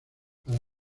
para